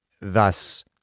thus